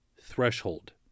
threshold